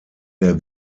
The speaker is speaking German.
der